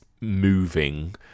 moving